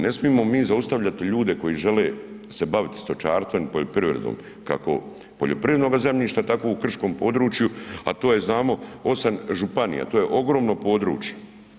Ne smijemo mi zaustavljati ljude koji žele se baviti stočarstvom i poljoprivredom, kako poljoprivrednoga zemljišta, tako u krškom području, a to je, znamo, 8 županija, to je ogromno područje.